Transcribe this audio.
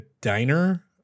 diner